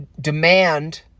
demand